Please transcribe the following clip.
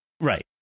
right